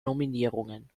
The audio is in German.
nominierungen